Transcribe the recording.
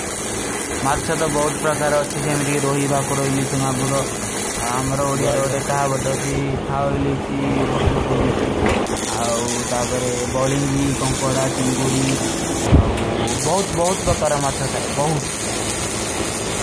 ମାଚ୍ଚୋ ତୋ ବହୁତ ପ୍ରକାରା ହୋତୀ ହୈ, ଜୈମେଂ ଦେଖୀ ରୋହୀ, ବାକୁରୋ, ଇଲୀଶୀ, ମାଗୁରୋ। ହାମରା ଓଡିଯାର ଓଡେ କହା, ବଢୋଜୀ, ଖାଓ, ଇଲୀଶୀ, ହଭବୁଲୀଶୀ, ବଲିଂଗୀ, କୌଂକୋଡା, ଚେଂଗୁରୀ, ବହୁତ ପ୍ରକାରା ମାଚ୍ଚୋ ଥାଈ, ବହୁତ।